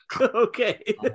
Okay